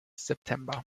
september